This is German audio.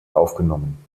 aufgenommen